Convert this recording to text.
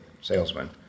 salesman